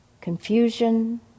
confusion